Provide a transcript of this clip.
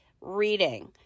reading